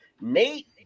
Nate